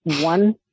one